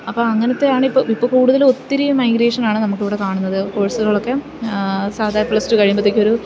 അപ്പോള് അങ്ങനത്തെയാണ് ഇപ്പോള് കൂടുതലും ഒത്തിരി മൈഗ്രേഷനാണ് നമുക്കിവിടെ കാണുന്നത് കോഴ്സുകളൊക്കെ സാധാ പ്ലസ് ടു കഴിയുമ്പോഴത്തേക്കും ഒരു